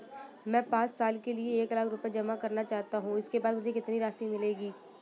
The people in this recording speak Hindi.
मैं पाँच साल के लिए एक लाख रूपए जमा करना चाहता हूँ इसके बाद मुझे कितनी राशि मिलेगी?